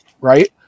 right